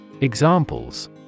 Examples